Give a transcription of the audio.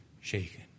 shaken